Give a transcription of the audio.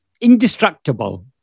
indestructible